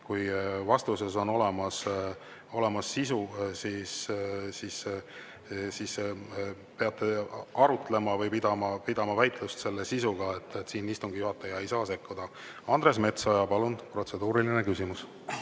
Kui vastuses on olemas sisu, siis peate arutlema või pidama väitlust selle sisu üle. Siin istungi juhataja ei saa sekkuda. Andres Metsoja, palun, protseduuriline küsimus!